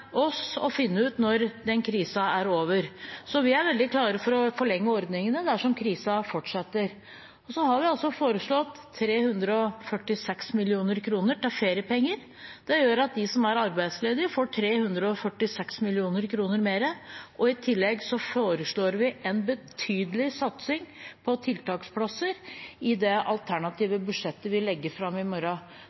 oss å finne ut når krisen er over. Vi er veldig klare for å forlenge ordningene dersom krisen fortsetter. Vi har foreslått 346 mill. kr til feriepenger. Det gjør at de som er arbeidsledige, får 346 mill. kr mer. I tillegg foreslår vi en betydelig satsing på tiltaksplasser i det alternative budsjettet vi legger fram i morgen.